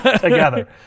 together